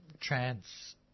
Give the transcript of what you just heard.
trans